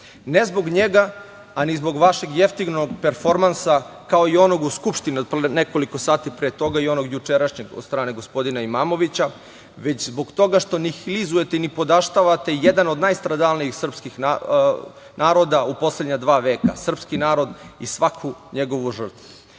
Ne zbog njega, a ni zbog vašeg jeftinog performansa, kao i onog u Skupštini od pre nekoliko sati pre toga i onog jučerašnjeg od strane gospodina Imamovića, već zbog toga što nihilizujete i nipodaštavate jedan od najstradalnijih naroda u poslednja dva veka, srpski narod i svaku njegovu žrtvu. Pitao